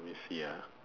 let me see ah